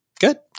Good